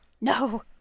No